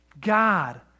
God